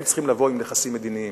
הם צריכים לבוא עם נכסים מדיניים.